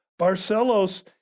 Barcelos